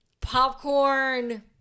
popcorn